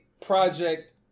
project